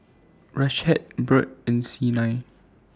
Rashaad Burt and Siena